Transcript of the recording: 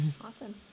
Awesome